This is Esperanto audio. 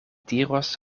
diros